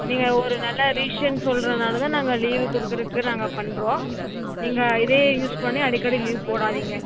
நீங்கள் ஒரு நல்ல ரீஷன் சொல்கிறனால தான் நாங்கள் லீவு கொடுக்கறக்கு நாங்கள் பண்ணுறோம் நீங்கள் இதையே யூஸ் பண்ணி அடிக்கடி லீவ் போடாதீங்க